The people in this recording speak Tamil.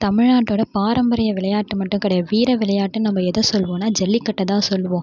தமிழ்நாட்டோடய பாரம்பரிய விளையாட்டு மட்டும் கிடையா வீர விளையாட்டுன்னு நம்ப எதை சொல்வோன்னால் ஜல்லிக்கட்டை தான் சொல்வோம்